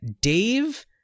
Dave